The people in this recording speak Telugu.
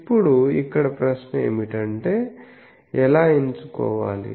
ఇప్పుడు ఇక్కడ ప్రశ్న ఏమిటంటే ఎలా ఎంచుకోవాలి